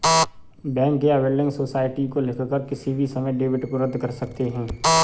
bank या building society को लिखकर किसी भी समय डेबिट को रद्द कर सकते हैं